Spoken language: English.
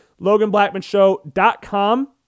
loganblackmanshow.com